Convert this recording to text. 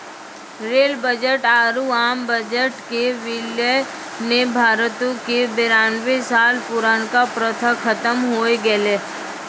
rail budget आरु आम budget के विलय ने भारतो के बेरानवे साल पुरानका प्रथा खत्म होय गेलै